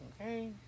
okay